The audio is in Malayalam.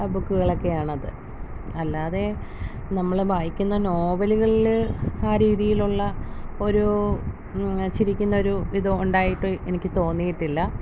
ബുക്കുകളൊക്കെ ആണത് അല്ലാതെ നമ്മൾ വായിക്കുന്ന നോവല്കളിൽ ആ രീതിയിലുള്ള ഒരൂ ചിരിക്കുന്നൊരു ഇത് ഉണ്ടായിട്ട് എനിക്ക് തോന്നീട്ടില്ല